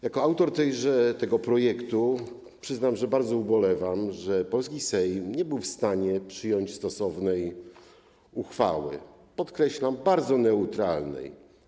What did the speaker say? Jako autor tego projektu przyznam, że bardzo ubolewam, że polski Sejm nie był w stanie przyjąć stosownej uchwały, podkreślam - bardzo neutralnej.